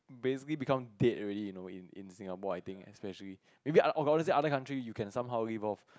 basically become dead already you know in in Singapore I think especially maybe got honestly in some other countries you can somehow live off